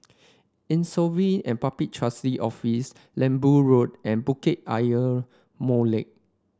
Insolvency and Public Trustee Office Lembu Road and Bukit Ayer Molek